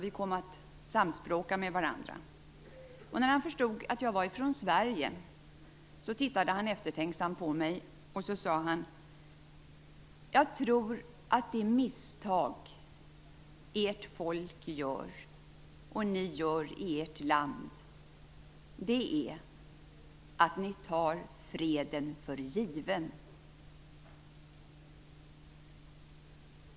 Vi kom att samspråka med varandra. Då han förstod att jag var från Sverige tittade han eftertänksamt på mig och sade: Jag tror att det misstag ert folk gör och ni gör i ert land är att ni tar freden för given.